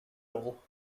all